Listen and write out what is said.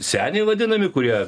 seniai vadinami kurie